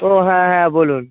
ও হ্যাঁ হ্যাঁ বলুন